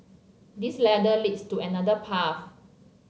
this ladder leads to another path